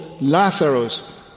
Lazarus